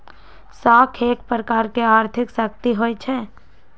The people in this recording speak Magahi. साख एक प्रकार के आर्थिक शक्ति होइ छइ